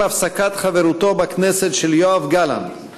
עם הפסקת חברותו בכנסת של יואב גלנט,